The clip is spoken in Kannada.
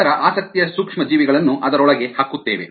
ನಂತರ ಆಸಕ್ತಿಯ ಸೂಕ್ಷ್ಮಜೀವಿಗಳನ್ನು ಅದರೊಳಗೆ ಹಾಕುತ್ತೇವೆ